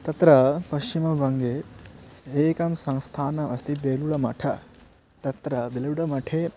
तत्र पश्चिमवङ्गे एकं संस्थानम् अस्ति बेलूर मठः तत्र बेलुर मठे